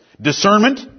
Discernment